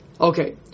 Okay